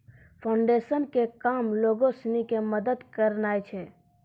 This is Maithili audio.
फोउंडेशन के काम लोगो सिनी के मदत करनाय छै